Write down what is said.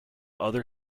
other